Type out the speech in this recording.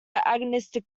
agnostic